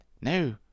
No